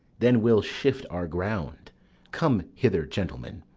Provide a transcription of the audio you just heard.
then we'll shift our ground come hither, gentlemen,